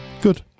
Good